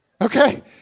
Okay